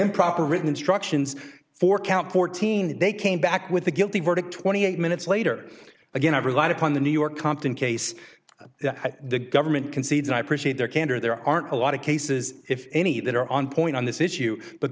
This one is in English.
improper written instructions for count fourteen and they came back with a guilty verdict twenty eight minutes later again i relied upon the new york compton case the government concedes and i appreciate their candor there aren't a lot of cases if any that are on point on this issue but